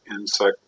insect